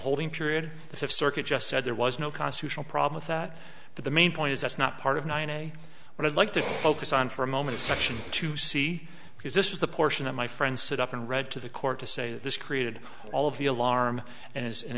holding period the fifth circuit just said there was no constitutional problem with that but the main point is that's not part of what i'd like to focus on for a moment section to see because this is the portion of my friends sit up and read to the court to say that this created all of the alarm and is and